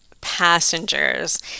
passengers